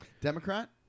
Democrat